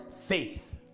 faith